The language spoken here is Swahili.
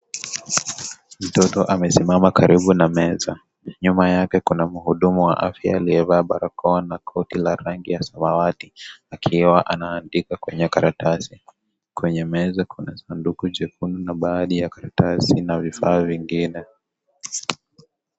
Mtoto amesimama karibu na meza. Nyuma yake kuna mhudumu wa afya aliyevaa barakoa na koti la rangi ya samawati, akiwa anaandika kwenye karatasi. Kwenye meza kuna sanduku jekundu na baadhi ya karatasi na vifaa vingine.